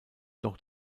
doch